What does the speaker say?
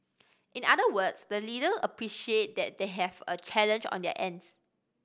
in other words the leader appreciate that they have a challenge on their ends